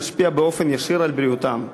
נשפיע באופן ישיר על בריאותם.